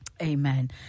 Amen